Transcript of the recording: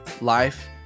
life